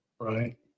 right